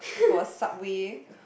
for a Subway